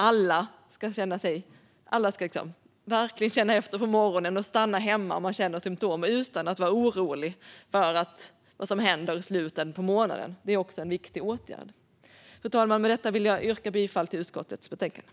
Alla ska verkligen känna efter på morgonen, och känner man symtom ska man stanna hemma utan att vara orolig för vad som händer i slutet av månaden. Det är också en viktig åtgärd. Fru talman! Jag yrkar bifall till utskottet förslag i betänkandet.